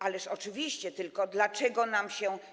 Ależ oczywiście, tylko dlaczego nam się.